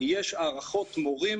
יש הערכות מורים